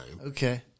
Okay